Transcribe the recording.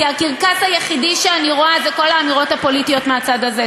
כי הקרקס היחידי שאני רואה זה כל האמירות הפוליטיות מהצד הזה.